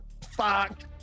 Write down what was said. Fuck